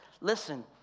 Listen